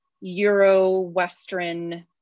Euro-Western